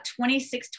26